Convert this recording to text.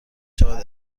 شود